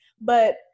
but-